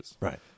Right